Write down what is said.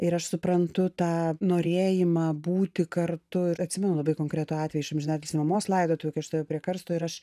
ir aš suprantu tą norėjimą būti kartu ir atsimenu labai konkretų atvejį iš amžinatilsį mamos laidotuvių kai aš stoviu prie karsto ir aš